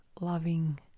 loving